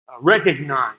recognize